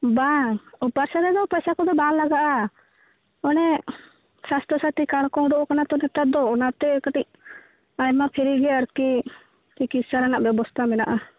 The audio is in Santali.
ᱵᱟᱝ ᱚᱯᱟᱨᱮᱥᱚᱱ ᱨᱮᱫᱚ ᱯᱚᱭᱥᱟ ᱠᱚᱫᱚ ᱵᱟᱝ ᱞᱟᱜᱟᱜᱼᱟ ᱚᱱᱮ ᱥᱟᱥᱛᱷᱚ ᱥᱟᱛᱷᱤ ᱠᱟᱲ ᱠᱚ ᱩᱰᱩᱜ ᱟᱠᱟᱱᱟ ᱛᱳ ᱱᱮᱛᱟᱨ ᱫᱚ ᱚᱱᱟᱛᱮ ᱠᱟᱹᱴᱤᱡ ᱟᱭᱢᱟ ᱯᱷᱤᱨᱤ ᱜᱮ ᱟᱨᱠᱤ ᱪᱤᱠᱤᱛᱥᱟ ᱨᱮᱱᱟᱜ ᱵᱮᱵᱚᱥᱛᱷᱟ ᱢᱮᱱᱟᱜᱼᱟ